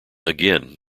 again